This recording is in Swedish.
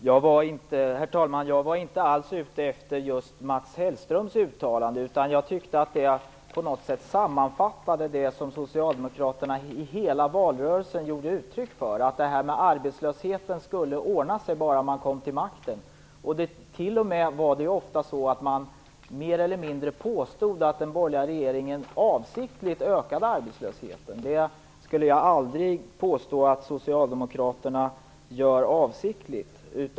Herr talman! Jag var inte alls ute efter Mats Hellströms uttalande. Jag tyckte att det på något sätt sammanfattade det som socialdemokraterna i hela valrörelsen gav uttryck för: Det här med arbetslösheten skulle ordna sig bara de kom till makten. Det var till och med ofta så att de mer eller mindre påstod att den borgerliga regeringen avsiktligt ökade arbetslösheten. Det skulle jag aldrig påstå att socialdemokraterna gör avsiktligt.